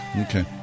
Okay